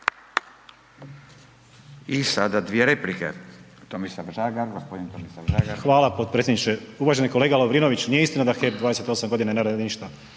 I sada dvije replike, Tomislav Žagar, gospodin Tomislav Žagar. **Žagar, Tomislav (Nezavisni)** Uvaženi kolega Lovrinoviću nije istina da HEP 28 godina ne radi ništa,